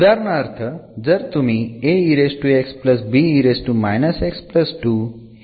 उदाहरणार्थ जर तुम्ही हे ठेवले आणि या समीकरणात टाकले